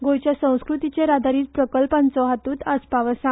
गोंयच्या संस्कृतीचेर आदारीत प्रकल्पांचो हातूत आस्पाव आसा